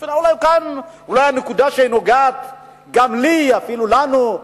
אולי נקודה שנוגעת לי ולנו,